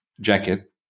jacket